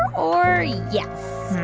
or yes?